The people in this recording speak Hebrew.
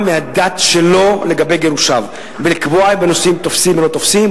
מהדת שלו לגבי גירושיו: לקבוע אם הנישואים תופסים או לא תופסים,